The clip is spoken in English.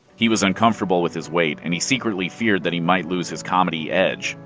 he was uncomfortable with his weight, and he secretly feared that he might lose his comedy edge.